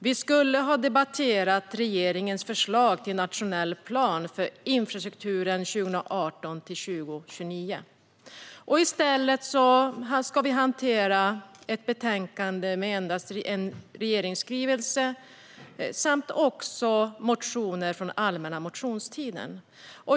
Vi skulle ha debatterat regeringens förslag till nationell plan för infrastrukturen 2018-2029, men i stället ska vi hantera ett betänkande med endast en regeringsskrivelse samt motioner från allmänna motionstiden.